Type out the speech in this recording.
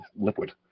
liquid